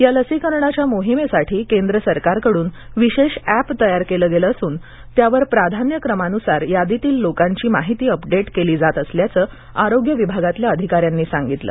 या लसीकरणाच्या मोहिमेसाठी केंद्र सरकारकडून विशेष अँप तयार केले गेले असून त्यावर प्राधान्य क्रमानुसार यादीतील लोकांची माहिती अपडेट केली जात असल्याचं आरोग्य विभागातल्या अधिकार्यांनी सांगितलं